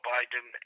Biden